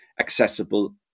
accessible